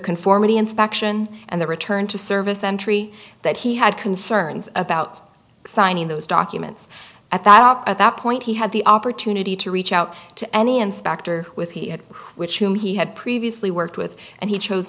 conformity inspection and the return to service entry that he had concerns about signing those documents at that at that point he had the opportunity to reach out to any inspector with he had which whom he had previously worked with and he chose